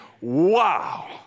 wow